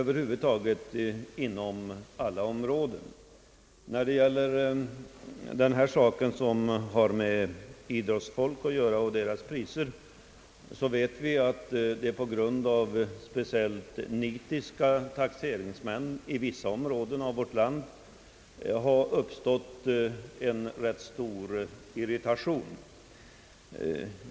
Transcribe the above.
Vad beträffar idrottsfolkets priser vet vi att det på grund av speciellt nitiska taxeringsmän på vissa håll i landet har uppstått en rätt stor irritation.